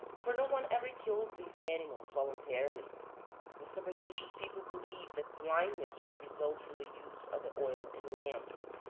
for no one ever kills these animals voluntarily the superstitious people believe that blindness would result from the use of the oil in lamps.